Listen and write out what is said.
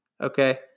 okay